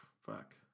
Fuck